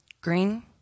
Green